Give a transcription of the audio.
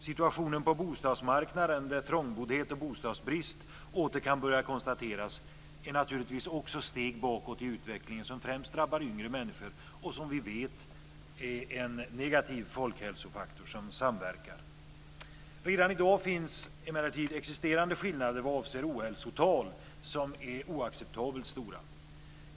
Situationen på bostadsmarknaden, där trångboddhet och bostadsbrist åter kan börja konstateras, innebär också steg bakåt i utvecklingen som främst drabbar yngre människor och är en negativ samverkande folkhälsofaktor. Redan i dag finns det emellertid existerande skillnader vad avser ohälsotal som är oacceptabelt stora.